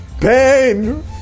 Pain